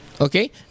Okay